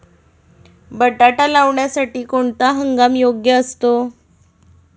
बटाटा लावण्यासाठी कोणता हंगाम योग्य असतो?